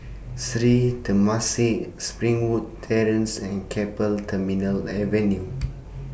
Sri Temasek Springwood Terrace and Keppel Terminal Avenue